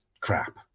crap